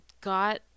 got